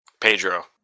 Pedro